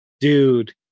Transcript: Dude